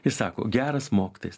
ir sako geras mokytojas